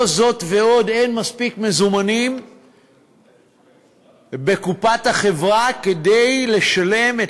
זאת ועוד אין מספיק מזומנים בקופת החברה כדי לשלם את